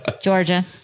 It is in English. Georgia